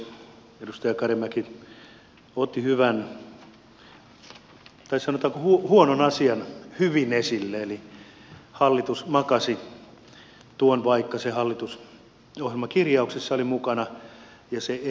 edustaja karimäki otti hyvän tai sanotaanko huonon asian hyvin esille eli hallitus makasi tuon vaikka se hallitusohjelmakirjauksessa oli mukana ja se ei edennyt